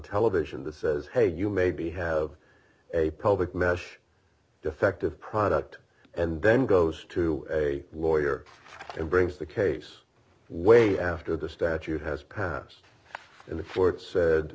television the says hey you maybe have a public message defective product and then goes to a lawyer and brings the case way after the statute has passed the fourth said